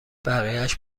بقیهاش